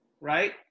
Right